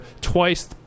twice